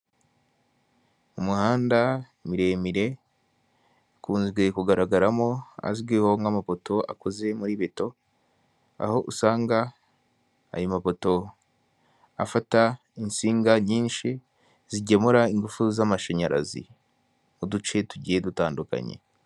Umuhanda muremure ukunze kugaragaramo azwiho nk'amapoto akoze muri beto, aho usanga ayo mapoto afata insinga nyinshi zigemura ingufu z'amashanyarazi mu duce tugiye dutandukanye.